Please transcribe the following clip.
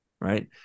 right